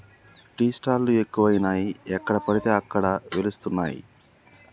tea stall లు ఎక్కువయినాయి ఎక్కడ పడితే అక్కడ వెలుస్తానయ్